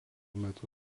metu